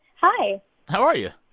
hi how are you?